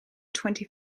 twenty